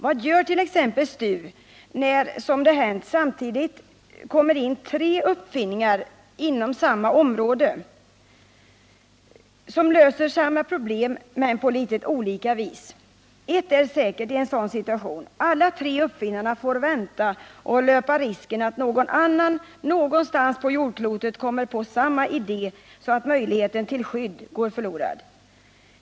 Vad gört.ex. STU när, som har hänt, det samtidigt kommer in tre uppfinningar inom samma område, som löser samma problem men på litet olika vis? Ett är säkert i en sådan situation: alla tre uppfinnarna får vänta och löpa risken att någon annan någonstans på jordklotet kommer på samma idé, så att möjligheten till skydd går förlorad.